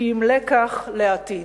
כי אם לקח לעתיד,